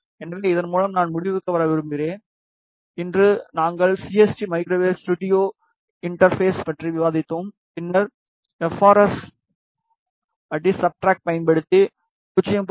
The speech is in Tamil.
எனவே இதன் மூலம் நான் முடிவுக்கு வர விரும்புகிறேன்இன்று நாங்கள் சிஎஸ்டி மைக்ரோவேவ் ஸ்டுடியோவின் இன்டர்பெஷ் பற்றி விவாதித்தோம் பின்னர் எஃப்ஆர் 4 எப் ஆர் எஸ் அடி சப்ஸ்ட்ரேட் பயன்படுத்தி 0